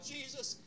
Jesus